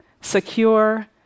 secure